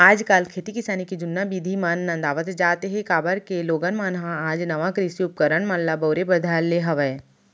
आज काल खेती किसानी के जुन्ना बिधि मन नंदावत जात हें, काबर के लोगन मन ह आज नवा कृषि उपकरन मन ल बउरे बर धर ले हवय